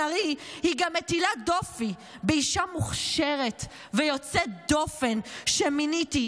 ארי גם מטילה דופי באישה מוכשרת ויוצאת דופן שמיניתי,